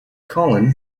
colin